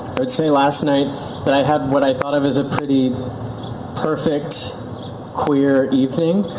i'd say last night that i had what i thought of as a pretty perfect queer evening.